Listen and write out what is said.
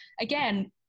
again